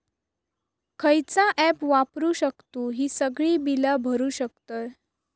खयचा ऍप वापरू शकतू ही सगळी बीला भरु शकतय?